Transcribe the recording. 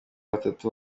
batatu